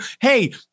hey